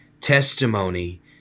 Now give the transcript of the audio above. testimony